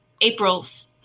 April's